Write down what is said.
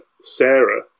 Sarah